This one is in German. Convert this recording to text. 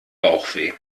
bauchweh